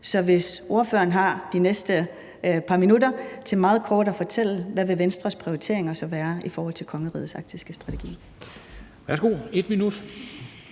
Så ordføreren har de næste par minutter til meget kort at fortælle, hvad Venstres prioriteringer vil være i forhold til kongerigets arktiske strategi.